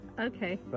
Okay